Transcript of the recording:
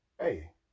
hey